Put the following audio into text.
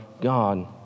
God